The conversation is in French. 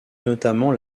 notamment